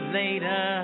later